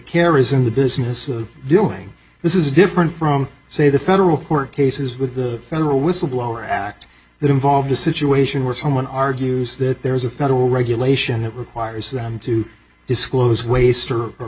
carries in the business of doing this is different from say the federal court cases with the federal whistleblower act that involved a situation where someone argues that there is a federal regulation that requires them to disclose waste or